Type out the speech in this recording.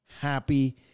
Happy